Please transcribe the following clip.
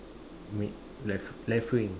mid left left wing